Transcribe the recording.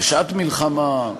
בשעת מלחמה,